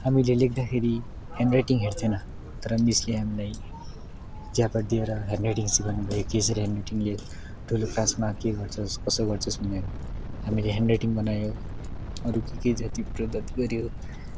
हामीले लेख्दाखेरि हेन्डराइटिङ हेर्थेनँ तर मिसले हामीलाई झापड दिएर हेन्डराइटिङ सिकउनुभयो कि यसरी हेन्डराइटिङले ठुलो क्लासमा के गर्छस् कसो गर्छस् भनेर हामीले ह्यानराइटिङ हेन्डराइटिङ बनायो अरू के के जाति प्रगत गऱ्यो